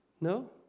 No